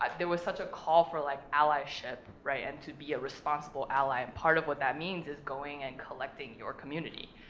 there was such a call for, like, allyship, right? and to be a responsible ally, and part of what that means is going and collecting your community,